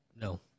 No